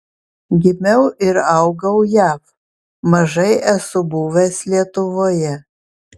gimiau ir augau jav mažai esu buvęs lietuvoje